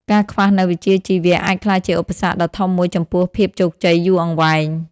ការខ្វះនូវវិជ្ជាជីវៈអាចក្លាយជាឧបសគ្គដ៏ធំមួយចំពោះភាពជោគជ័យយូរអង្វែង។